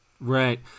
Right